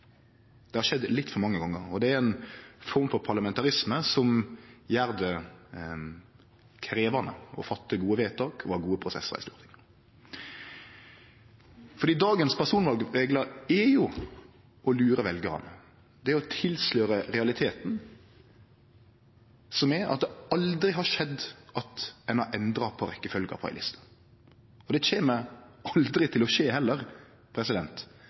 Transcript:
Det har skjedd litt for mange gonger. Det er ei form for parlamentarisme som gjer det krevjande å fatte gode vedtak og ha gode prosessar i Stortinget. Dagens personvalreglar er å lure veljarane. Det er å tilsløre realiteten, som er at det aldri har skjedd at ein har endra på rekkefølgja på ei liste. Det kjem aldri til å skje heller